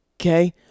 okay